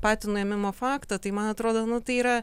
patį nuėmimo faktą tai man atrodo nu tai yra